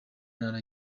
ntara